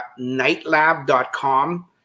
nightlab.com